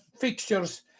fixtures